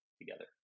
together